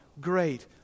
great